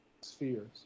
spheres